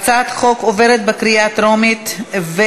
ההצעה להעביר את הצעת חוק הביטוח הלאומי (תיקון,